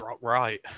Right